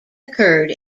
occurred